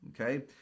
okay